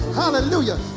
hallelujah